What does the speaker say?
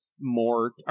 more